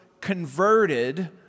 converted